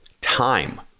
time